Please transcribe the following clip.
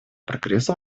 прогресса